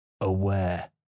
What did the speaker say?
aware